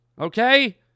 Okay